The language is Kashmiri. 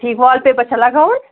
ٹھیٖک وال پیٚپَر چھا لَگاوُن